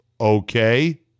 Okay